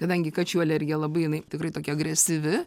kadangi kačių alergija labai jinai tikrai tokia agresyvi